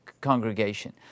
congregation